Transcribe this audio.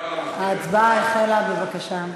ההצבעה החלה, בבקשה.